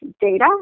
data